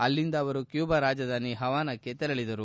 ಅಲ್ಲಿಂದ ಅವರು ಕ್ಷೂಬಾದ ರಾಜಧಾನಿ ಪವಾನಾಕ್ಷೆ ತೆರಳಿದರು